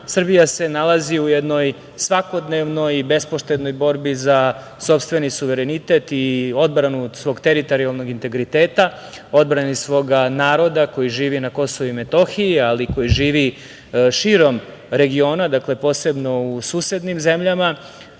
Srbija se nalazi u jednoj svakodnevnoj bespoštednoj borbi za sopstveni suverenitet i odbranu svog teritorijalnog integriteta, odbrani svoga naroda koji živi na KiM, ali i koji živi širom regiona, posebno u susednim zemljama